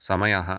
समयः